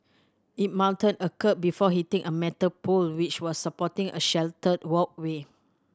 it mounted a kerb before hitting a metal pole which was supporting a sheltered walkway